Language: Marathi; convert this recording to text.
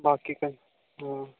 बाकी काही